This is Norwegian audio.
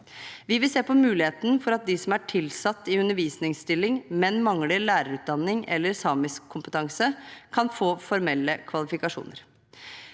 Vi vil se på muligheten for at de som er tilsatt i undervisningsstilling, men mangler lærerutdanning eller samiskkompetanse, kan få formelle kvalifikasjoner.